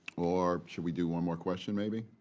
or should we do one more question, maybe?